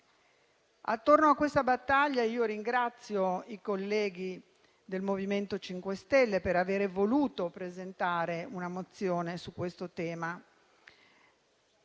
da noi a Montecitorio - ringrazio i colleghi del MoVimento 5 Stelle per avere voluto presentare una mozione su questo tema.